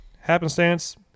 happenstance